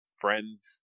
friends